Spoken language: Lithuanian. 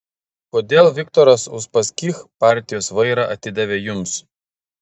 kodėl viktoras uspaskich partijos vairą atidavė jums